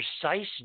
precise